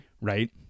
right